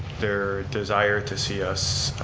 their desire to see us